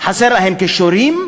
חסרים להם כישורים?